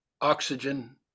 oxygen